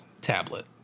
tablet